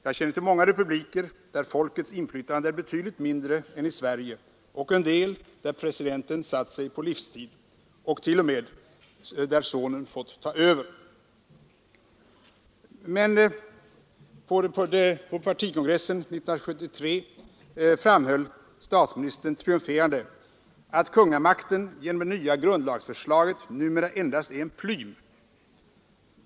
Jag känner till många republiker, där folkets inflytande är betydligt mindre än i Sverige, och en del, där presidenten satt sig på livstid och där t.o.m. sonen fått ta över. Men på partikongressen 1973 framhöll statsministern triumferande att kungamakten genom det nya grundlagsförslaget numera endast är en plym.